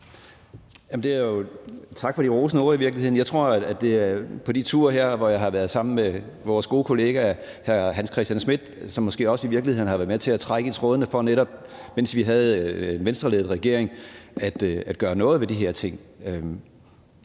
Tak for de rosende ord. Jeg tror, det er de ture, hvor jeg har været sammen med vores gode kollega hr. Hans Christian Schmidt, som måske i virkeligheden også har været med til at trække i trådene, mens vi havde en Venstreledet regering, i forhold til netop at gøre noget ved de her ting.